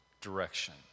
direction